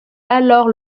alors